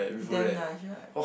is damn nice right